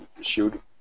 shoot